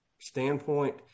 standpoint